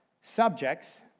subjects